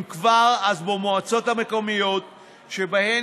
אם כבר,